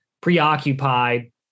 preoccupied